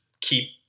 keep